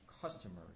customers